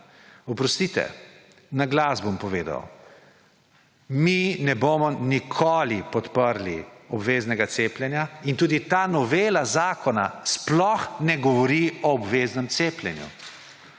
Oprostite, na glas bom povedal, mi ne bomo nikoli podprli obveznega cepljenja. In tudi ta novela zakona sploh ne govori o obveznem cepljenju.